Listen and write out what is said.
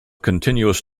continuous